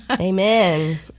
amen